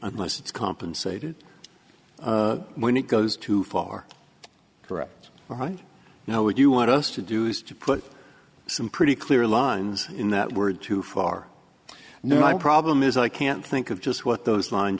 unless it's compensated when it goes too far correct right now would you want us to do is to put some pretty clear lines in that word too far no my problem is i can't think of just what those line